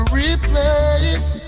replace